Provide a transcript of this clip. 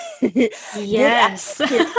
Yes